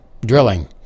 drilling